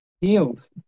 healed